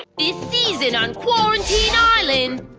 this season on quarantine island,